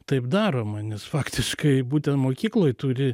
taip daroma nes faktiškai būtent mokykloj turi